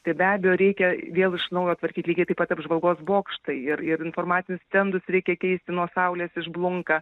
tai be abejo reikia vėl iš naujo tvarkyt lygiai taip pat apžvalgos bokštai ir ir informacinius stendus reikia keisti nuo saulės išblunka